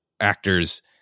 actors